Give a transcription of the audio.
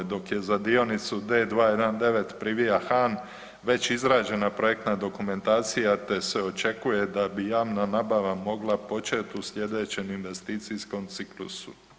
Dok je za dionicu D219 Privija-Han već izrađena projektna dokumentacija te se očekuje da bi javna nabava mogla početi u slijedećem investicijskom ciklusu.